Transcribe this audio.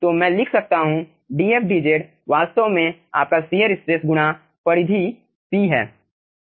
तो मैं लिख सकता हूँ dfdz वास्तव में आपका शियर स्ट्रेस गुणा परिधि p है